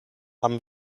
haben